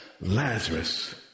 Lazarus